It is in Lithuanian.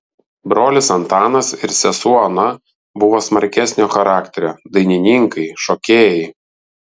brolis antanas ir sesuo ona buvo smarkesnio charakterio dainininkai šokėjai